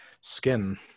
skin